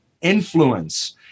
influence